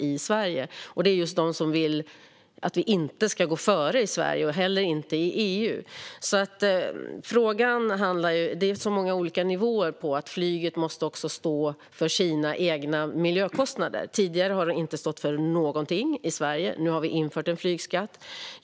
Det är de som inte vill att vi ska gå före i Sverige - eller i EU. Det finns alltså många olika nivåer. Flyget måste stå för sina egna miljökostnader. Tidigare har flyget inte stått för någonting i Sverige, men nu har vi infört en flygskatt.